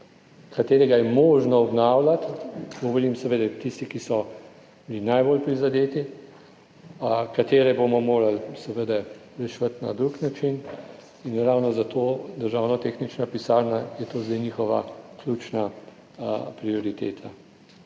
katerega je možno obnavljati, govorim seveda tisti, ki so bili najbolj prizadeti, katere bomo morali seveda reševati na drug način in ravno zato Državna tehnična pisarna je to zdaj njihova ključna prioriteta.